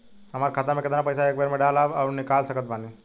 हमार खाता मे केतना पईसा एक बेर मे डाल आऊर निकाल सकत बानी?